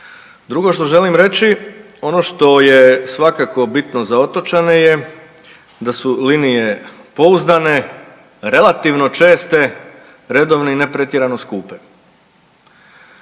Drugo što želim reći, ono to je svakako bitno za otočane je da su linije pouzdane, relativno česte, redovne i ne pretjerano skupe.